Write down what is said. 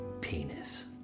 penis